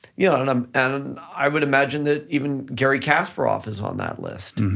yeah and um and i would imagine that even garry kasparov is on that list,